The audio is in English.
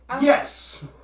Yes